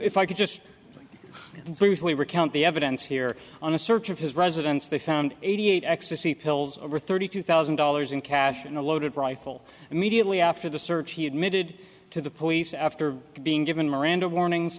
if i could just loosely recount the evidence here on a search of his residence they found eighty eight ecstasy pills over thirty two thousand dollars in cash and a loaded rifle immediately after the search he admitted to the police after being given miranda warnings